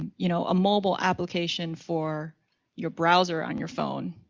and you know, a mobile application for your browser on your phone,